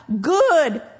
good